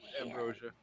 Ambrosia